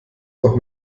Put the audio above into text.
doch